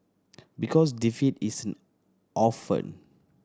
because defeat is an orphan